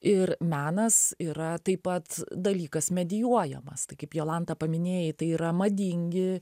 ir menas yra taip pat dalykas medijuojamas tai kaip jolanta paminėjai tai yra madingi